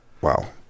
Wow